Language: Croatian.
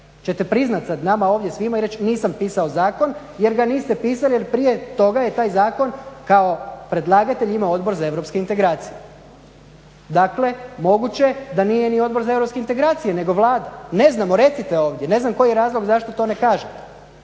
Čete priznat sad nama ovdje svima i reći nisam pisao zakon, jer ga niste pisali, jer prije toga je taj zakon kao predlagatelj imao Odbor za europske integracije. Dakle, moguće da nije ni Odbor za europske integracije, nego Vlada. Ne znamo, recite ovdje. Ne znam koji je razlog zašto to ne kažete.